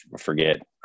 forget